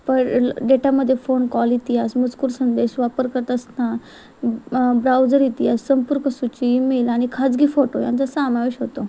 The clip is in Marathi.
प डेटामध्ये फोन कॉल इतिहास मजकूर संदेश वापर करत असताना ब्राउझर इतिहास संपर्क सुची ईमेल आणि खाजगी फोटो यांचा सामावेश होतो